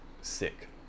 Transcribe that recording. sick